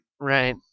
Right